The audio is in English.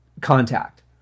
contact